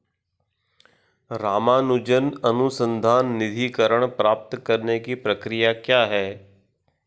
रामानुजन अनुसंधान निधीकरण प्राप्त करने की प्रक्रिया क्या है?